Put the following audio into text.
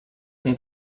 nei